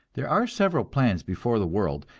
there are several plans before the world,